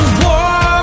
war